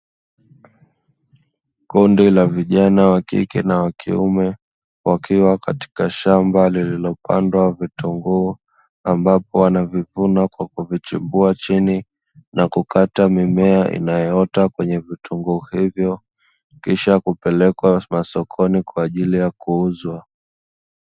Kundi la vijana wakike na wakiume wakiwa katika shamba lililopandwa vitunguu. Ambapo wanavivuna kwa kuvichimbua chini na kukata mimea inayoota kwenye vitunguu hivyo, kisha kupelekwa masokoni kwa ajili ya kuuzwa.